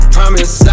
Promise